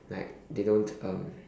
like they don't um